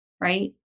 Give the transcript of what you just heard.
right